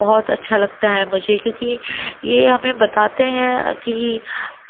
بہت اچھا لگتا ہے مجھے کیوںکہ یہ ہمیں بتاتے ہیں کہ